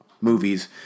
movies